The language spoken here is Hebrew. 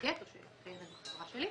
מייצגת או החברה שלי,